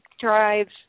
drives